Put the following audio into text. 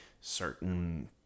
certain